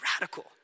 radical